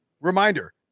reminder